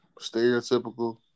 stereotypical